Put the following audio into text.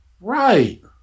Right